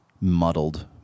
muddled